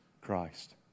Christ